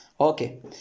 Okay